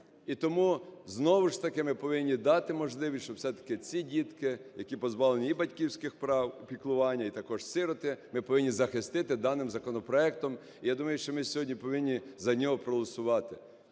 І тому знову ж таки ми повинні дати можливість, щоб все-таки ці дітки, які позбавлені і батьківських прав, і піклування, і також сироти, ми повинні захистити даним законопроектом. І я думаю, що ми сьогодні повинні за нього проголосувати.